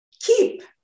keep